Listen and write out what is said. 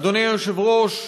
אדוני היושב-ראש,